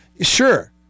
Sure